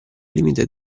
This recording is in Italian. limite